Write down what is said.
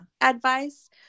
advice